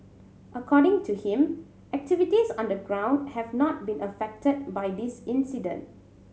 according to him activities on the ground have not been affected by this incident